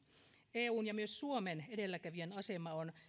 eun ja myös suomen edelläkävijän asema on